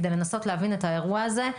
כדי לנסות להבין את האירוע הזה?